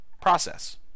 process